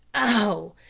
oh!